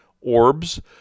orbs